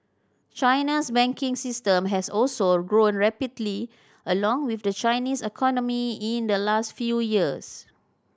China's banking system has also grown rapidly along with the Chinese economy in the last few years